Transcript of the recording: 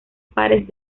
pares